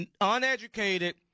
uneducated